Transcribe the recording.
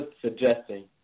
suggesting